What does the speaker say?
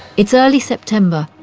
it's early september,